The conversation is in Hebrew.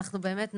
ואנחנו באמת נגיד: